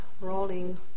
rolling